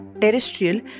terrestrial